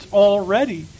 already